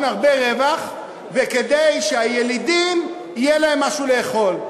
הרבה רווח וכדי שהילידים יהיה להם משהו לאכול.